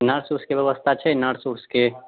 nurse ओर्सके व्यवस्था छै नर्स ओर्सके